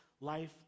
life